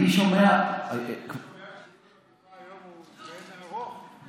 אני שומע אני שומע שניהול המגפה היום הוא לאין ערוך,